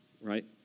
Right